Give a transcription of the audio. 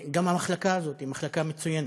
גם המחלקה הזאת היא מחלקה מצוינת.